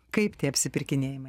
kaip tie apsipirkinėjimai